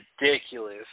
ridiculous